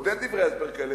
אין עוד דברי הסבר כאלה,